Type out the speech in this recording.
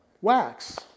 wax